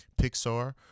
Pixar